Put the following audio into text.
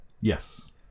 Yes